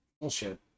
Bullshit